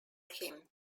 him